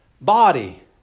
Body